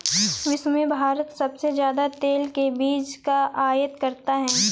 विश्व में भारत सबसे ज्यादा तेल के बीज का आयत करता है